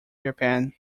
japan